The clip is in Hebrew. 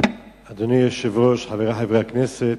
אדוני היושב-ראש, חברי חברי הכנסת,